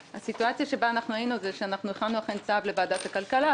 אכן הכנו צו לוועדת הכלכלה,